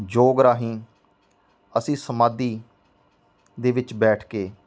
ਯੋਗ ਰਾਹੀਂ ਅਸੀਂ ਸਮਾਧੀ ਦੇ ਵਿੱਚ ਬੈਠ ਕੇ